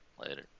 Later